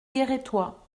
guérétois